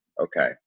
okay